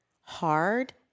hard